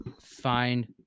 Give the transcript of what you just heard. find